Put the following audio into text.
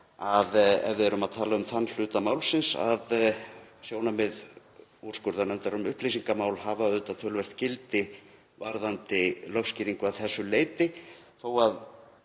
ef við erum að tala um þann hluta málsins, að sjónarmið úrskurðarnefndar um upplýsingamál hafa töluvert gildi varðandi lögskýringu að þessu leyti